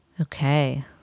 Okay